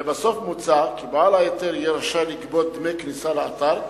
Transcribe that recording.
לבסוף מוצע כי בעל ההיתר יהיה רשאי לגבות דמי כניסה לאתר,